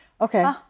Okay